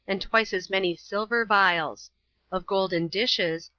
and twice as many silver vials of golden dishes,